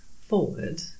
forward